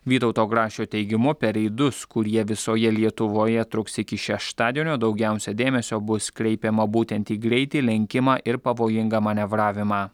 vytauto grašio teigimu per reidus kurie visoje lietuvoje truks iki šeštadienio daugiausia dėmesio bus kreipiama būtent į greitį lenkimą ir pavojingą manevravimą